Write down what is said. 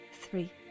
three